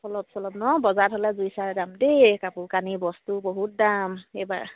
অলপ চলপ ন বজাৰত হ'লে জুই চাই দাম দেই কাপোৰ কানি বস্তু বহুত দাম এইবাৰ